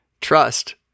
trust